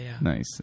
Nice